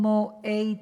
כמו איידס,